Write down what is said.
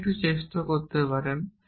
আপনি একটু চেষ্টা করতে পারেন